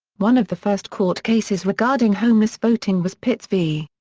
one of the first court cases regarding homeless voting was pitts v.